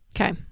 Okay